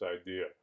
idea